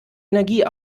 energie